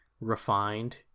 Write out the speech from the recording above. refined